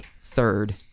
third